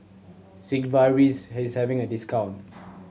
Sigvaris is having a discount